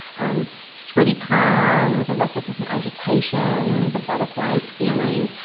um sweaty palms, a restlessness and agitation, the butterflies feeling.